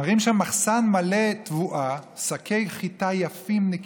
מראים שם מחסן מלא תבואה, שקי חיטה יפים, נקיים,